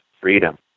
freedom